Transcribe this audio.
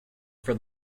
for